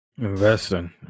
investing